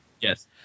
Yes